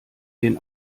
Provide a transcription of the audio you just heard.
den